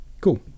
cool